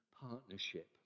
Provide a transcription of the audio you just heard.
partnership